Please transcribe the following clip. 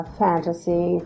fantasy